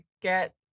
get